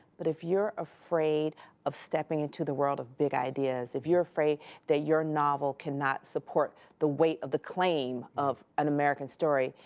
but if you're afraid of stepping into the world of big ideas, if you're afraid that your novel cannot support the weight of the claim of an american story,